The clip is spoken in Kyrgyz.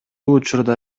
учурда